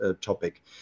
topic